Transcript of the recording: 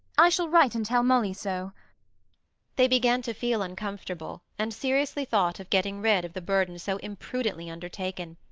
i shall write and tell molly so they began to feel uncomfortable, and seriously thought of getting rid of the burden so imprudently undertaken.